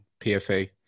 PFA